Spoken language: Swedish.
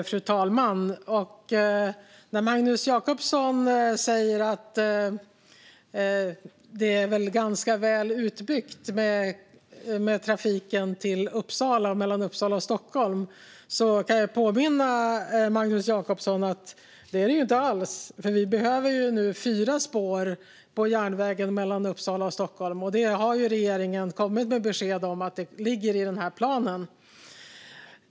Fru talman! Magnus Jacobsson säger att det är ganska väl utbyggt för trafiken mellan Uppsala och Stockholm, men då kan jag påminna Magnus Jacobsson om att det inte alls är det. Vi behöver nu fyra spår på järnvägen mellan Uppsala och Stockholm, och där har regeringen kommit med beskedet att det ligger i planen.